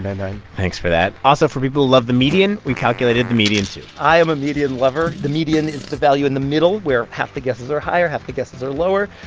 nine, nine thanks for that. also, for people who love the median, we calculated the median, too i am a median lover. the median is the value in the middle where half the guesses are higher, half the guesses are lower.